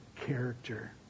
character